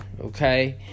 okay